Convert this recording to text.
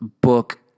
book